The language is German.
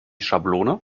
schablone